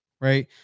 right